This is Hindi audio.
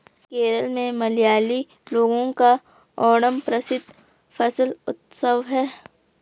केरल में मलयाली लोगों का ओणम प्रसिद्ध फसल उत्सव है